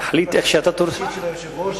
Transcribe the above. תחליט איך שאתה, בקשה של היושב-ראש.